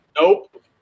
Nope